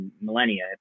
millennia